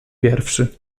pierwszy